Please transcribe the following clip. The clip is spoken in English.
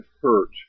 hurt